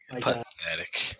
Pathetic